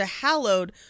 hallowed